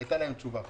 הייתה להם תשובה,